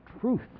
truth